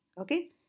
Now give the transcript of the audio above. okay